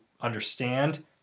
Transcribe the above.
understand